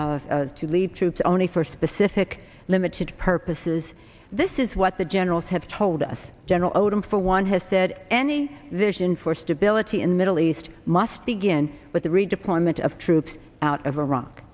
there to leave troops only for specific limited purposes this is what the generals have told us general odom for one has said any vision for stability in the middle east must begin with the redeployment of troops out of iraq